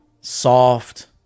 soft